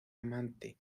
amante